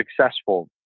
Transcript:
successful